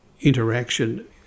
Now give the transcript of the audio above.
interaction